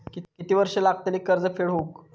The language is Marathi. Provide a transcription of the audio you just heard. किती वर्षे लागतली कर्ज फेड होऊक?